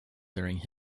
during